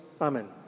Amen